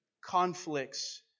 conflicts